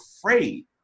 afraid